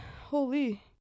Holy